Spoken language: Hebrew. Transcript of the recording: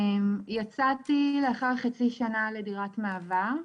יצאתי לאחר חצי שנה לדירת מעבר.